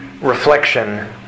reflection